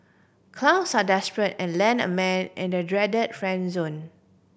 clowns are desperate and land a man in the dread friend zone